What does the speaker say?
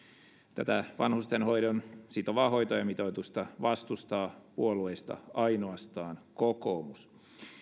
tätä vanhustenhoidon sitovaa hoitajamitoitusta vastustaa puolueista ainoastaan kokoomus